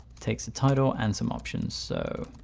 takes a title and some options. so